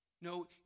No